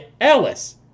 Alice